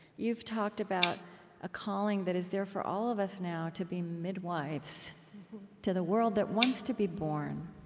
you've talked about a calling that is there for all of us now, to be midwives to the world that wants to be born.